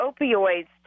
opioids